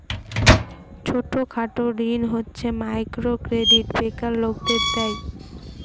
ছোট খাটো ঋণ হচ্ছে মাইক্রো ক্রেডিট বেকার লোকদের দেয়